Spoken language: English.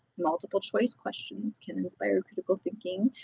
multiple choice questions can inspire critical thinking,